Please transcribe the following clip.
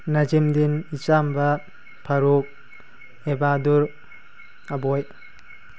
ꯅꯖꯤꯝꯗꯤꯟ ꯏꯆꯥꯝꯕ ꯐꯥꯔꯨꯛ ꯑꯦꯕꯗꯨꯔ ꯑꯕꯣꯏ